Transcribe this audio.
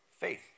faith